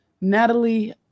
Natalie